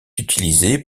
utilisée